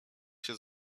się